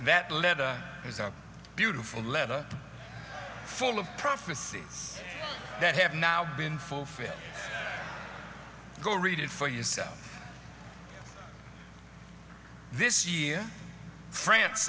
that live is a beautiful leather full of prophecies that have now been fulfilled go read it for yourself this year france